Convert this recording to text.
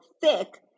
thick